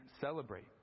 celebrate